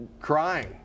crying